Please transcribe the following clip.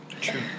True